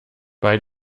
bei